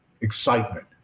Excitement